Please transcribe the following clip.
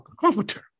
comforter